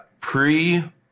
pre